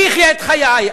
אני אחיה את חיי.